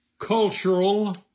Cultural